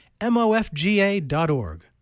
mofga.org